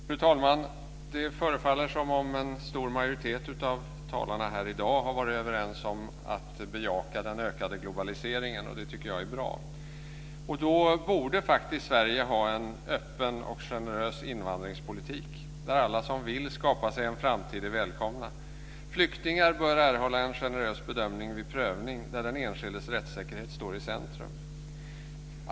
Fru talman! Det förefaller som om en stor majoritet av talarna här i dag har varit överens om att bejaka den ökande globaliseringen. Det tycker jag är bra. Då borde faktiskt Sverige ha en öppen och generös invandringspolitik så att alla som vill skapa sig en framtid här är välkomna. Flyktingar bör erhålla en generös bedömning vid prövning där den enskildes rättssäkerhet står i centrum.